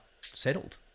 settled